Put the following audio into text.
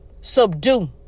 subdue